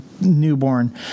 newborn